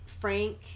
Frank